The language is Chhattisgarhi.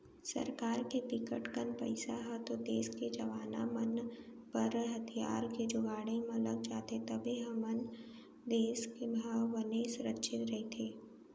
सरकार के बिकट कन पइसा ह तो देस के जवाना मन बर हथियार के जुगाड़े म लग जाथे तभे हमर देस ह बने सुरक्छित रहिथे